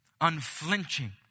unflinching